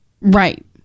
Right